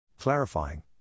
Clarifying